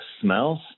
smells